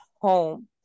home